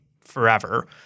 forever